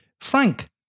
Frank